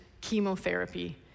chemotherapy